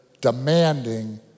demanding